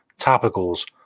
topicals